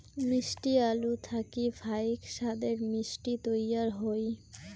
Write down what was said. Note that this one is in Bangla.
মিষ্টি আলু থাকি ফাইক সাদের মিষ্টি তৈয়ার হই